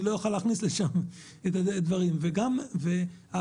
אוכל להכניס לשם בעתיד אוכלוסייה עם נכות.